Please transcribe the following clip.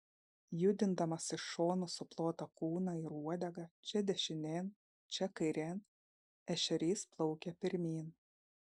judindamas iš šonų suplotą kūną ir uodegą čia dešinėn čia kairėn ešerys plaukia pirmyn